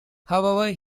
however